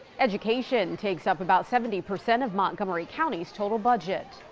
education takes up about seventy percent of montgomery county's total budget.